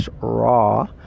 raw